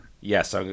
Yes